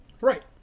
Right